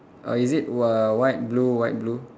uh is it wh~ white blue white blue